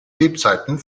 lebzeiten